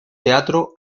teatro